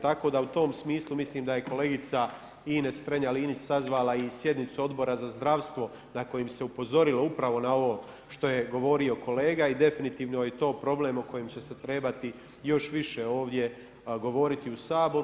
Tako da u tom smislu mislim da je kolegica Ines Strenja Linić sazvala i sjednicu Odbora za zdravstvo na kojem se upozorilo upravo na ovo što je govorio kolega i definitivno je to problem o kojem će se trebati još više ovdje govoriti u Saboru.